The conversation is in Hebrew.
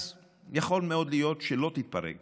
אז יכול מאוד להיות שלא תתפרק